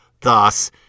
Thus